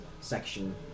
section